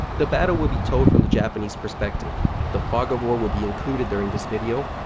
the battle will be told from the japanese perspective. the fog of war will be included during this video.